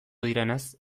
direnez